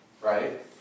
right